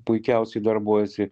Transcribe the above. puikiausiai darbuojasi